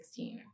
2016